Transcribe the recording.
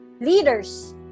leaders